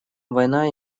война